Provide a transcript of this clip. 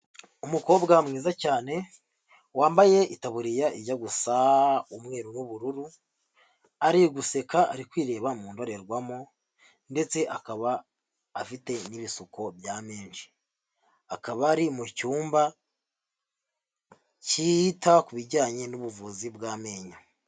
Umukobwa mwiza cyane wambaye itaburiya ijya gusa umweru n'ubururu, ari guseka ari kwireba mu ndorerwamo ndetse akaba afite n'ibisuko bya menshi, akaba ari mu cyumba cyita ku bijyanye n'ubuvuzi bw'amenyo.